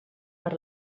per